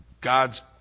God's